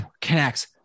Connects